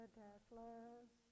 deathless